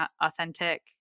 authentic